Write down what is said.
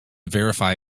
verify